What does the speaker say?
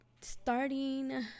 starting